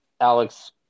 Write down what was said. Alex